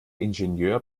ingenieur